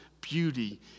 beauty